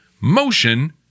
motion